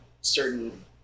certain